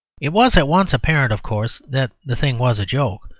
it was at once apparent, of course, that the thing was a joke.